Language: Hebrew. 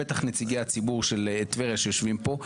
בטח נציגי הציבור של טבריה שיושבים פה,